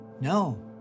No